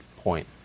point